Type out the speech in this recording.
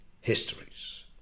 histories